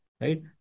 right